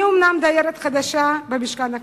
אני אומנם דיירת חדשה במשכן הכנסת,